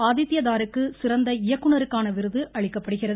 ஆதித்தயதாருக்கு சிறந்த இயக்குநருக்காக விருது அளிக்கப்படுகிறது